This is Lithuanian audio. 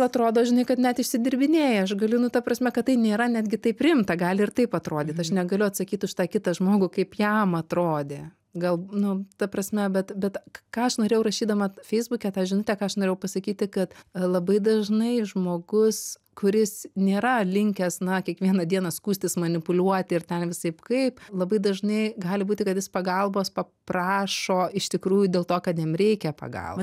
atrodo žinai kad net išsidirbinėja aš galiu nu ta prasme kad tai nėra netgi taip rimta gali ir taip atrodyt aš negaliu atsakyt už tą kitą žmogų kaip jam atrodė gal nu ta prasme bet bet k ką aš norėjau rašydama feisbuke tą žinutę ką aš norėjau pasakyti kad labai dažnai žmogus kuris nėra linkęs na kiekvieną dieną skųstis manipuliuoti ir ten visaip kaip labai dažnai gali būti kad jis pagalbos paprašo iš tikrųjų dėl to kad jam reikia pagal